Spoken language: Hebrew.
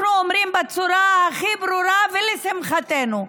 אנחנו אומרים בצורה הכי ברורה, ולשמחתנו: